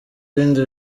ibindi